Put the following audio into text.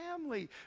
family